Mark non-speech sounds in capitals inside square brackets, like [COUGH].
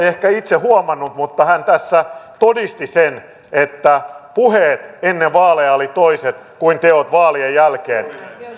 [UNINTELLIGIBLE] ehkä itse huomannut mutta hän tässä todisti sen että puheet ennen vaaleja olivat toiset kuin teot vaalien jälkeen